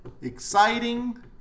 exciting